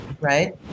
right